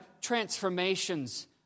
transformations